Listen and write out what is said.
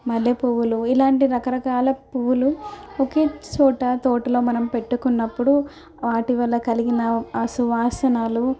మల్లె పువ్వులు ఇలాంటి రకరకాల పువ్వులు ఒకే చోట తోటలో మనం పెట్టుకున్నప్పుడు వాటి వల్ల కలిగిన ఆ సువాసనలు